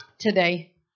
Today